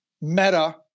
Meta